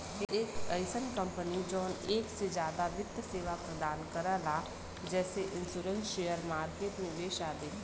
एक अइसन कंपनी जौन एक से जादा वित्त सेवा प्रदान करला जैसे इन्शुरन्स शेयर मार्केट निवेश आदि